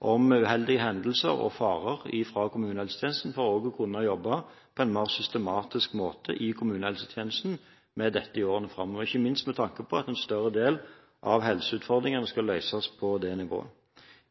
om uheldige hendelser og farer, for å kunne jobbe på en mer systematisk måte i kommunehelsetjenesten med dette i årene framover, ikke minst med tanke på at en større del av helseutfordringene skal løses på det nivået.